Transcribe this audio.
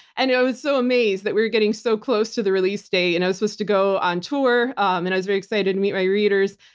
and yeah i was so amazed that we were getting so close to the release date. and i was supposed to go on tour and i was very excited to meet my readers.